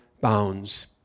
bounds